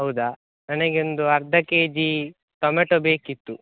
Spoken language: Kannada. ಹೌದಾ ನನಗೆ ಒಂದು ಅರ್ಧ ಕೆಜಿ ಟೊಮೆಟೊ ಬೇಕಿತ್ತು